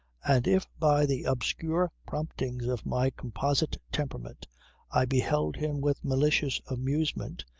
and if by the obscure promptings of my composite temperament i beheld him with malicious amusement,